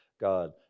God